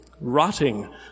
rotting